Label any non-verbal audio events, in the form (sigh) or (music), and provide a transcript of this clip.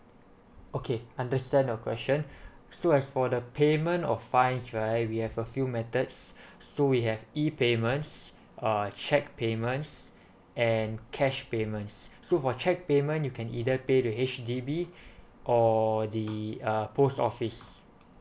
okay understand your question so as for the payment of fines right we have a few methods so (breath) we have e payments uh cheque payments and cash payments so for cheque payment you can either pay to H_D_B or the uh post office